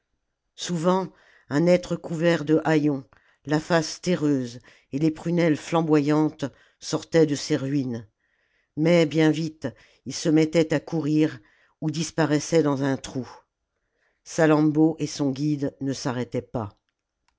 souvent un être couvert de haillons la face terreuse et les prunelles flamboyantes sortait de ces ruines mais bien vite il se mettait à courir ou disparaissait dans un trou salammbô et son guide ne s'arrêtaient pas